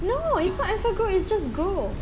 no it's not Enfagrow it's just grow